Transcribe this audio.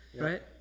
Right